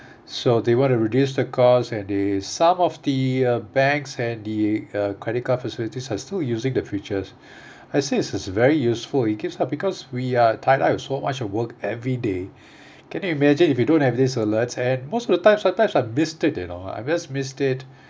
so they want to reduce the cost and they some of the uh banks and the uh credit card facilities are still using the features I see this is a very useful it gives us because we uh tied up with so much of work every day can you imagine if you don't have this alerts and most of the times sometimes are missed it you know I just missed it